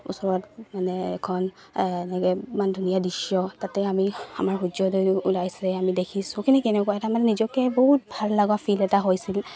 ওচৰত মানে এখন এনেকৈ ইমান ধুনীয়া দৃশ্য তাতে আমি আমাৰ সূৰ্যদয় ওলাইছে আমি দেখিছো সেইখিনি কেনেকুৱা এটা মানে নিজকে বহুত ভাল লগা ফিল এটা হৈছিল